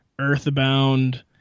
Earthbound